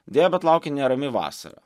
deja bet laukia nerami vasara